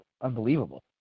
unbelievable